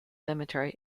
cemetery